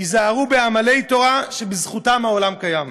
היזהרו בעמלי תורה, שבזכותם העולם קיים.